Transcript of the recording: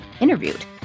interviewed